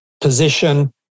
position